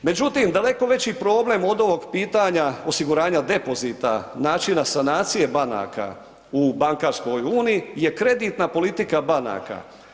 Međutim, daleko veći problem od ovog pitanja osiguranja depozita načina sanacije banaka u bankarskoj uniji je kreditna politika banaka.